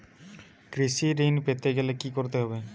কৃষি ঋণ পেতে গেলে কি করতে হবে?